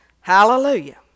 Hallelujah